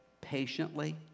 patiently